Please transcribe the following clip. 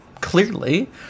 clearly